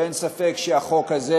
ואין ספק שהחוק הזה,